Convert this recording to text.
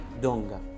Donga